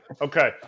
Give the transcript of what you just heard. okay